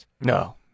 no